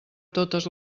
totes